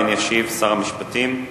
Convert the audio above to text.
שעליהן ישיב שר המשפטים,